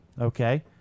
okay